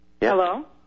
Hello